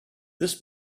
this